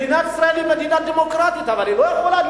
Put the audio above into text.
מדינת ישראל היא מדינה דמוקרטית אבל היא לא יכולה להיות